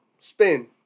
Spin